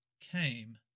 came